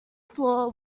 floor